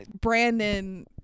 Brandon